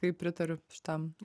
taip pritariu šitam